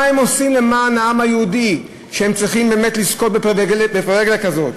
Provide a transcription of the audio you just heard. מה הם עושים למען העם היהודי שהם צריכים באמת לזכות בפריבילגיה כזאת?